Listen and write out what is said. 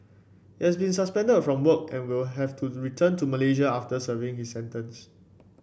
he has been suspended from work and will have to return to Malaysia after serving his sentence